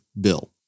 bill